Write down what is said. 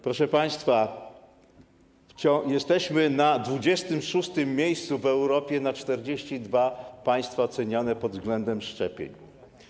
Proszę państwa, jesteśmy na 26. miejscu w Europie na 42 państwa oceniane pod względem szczepień.